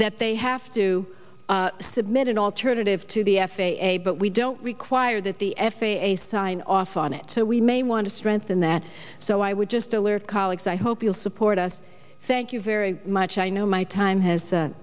that they have to submit an alternative to the f a a but we don't require that the f a a sign off on it so we may want to strengthen that so i would just alert colleagues i hope you'll support us thank you very much i know my time has